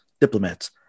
diplomats